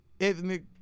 ethnic